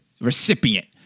Recipient